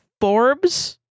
Forbes